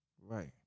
Right